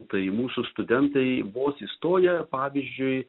tai mūsų studentai vos įstoję pavyzdžiui